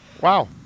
Wow